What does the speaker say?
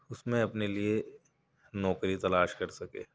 اُس میں اپنے لیے نوکری تلاش کر سکے